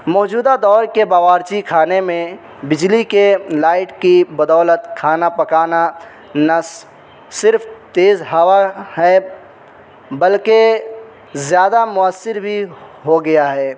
موجودہ دور کے باورچی خانے میں بجلی کے لائٹ کی بدولت کھانا پکانا نہ صرف تیز ہوا ہے بلکہ زیادہ مؤثر بھی ہو گیا ہے